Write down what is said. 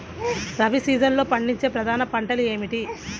రబీ సీజన్లో పండించే ప్రధాన పంటలు ఏమిటీ?